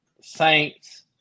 Saints